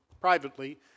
privately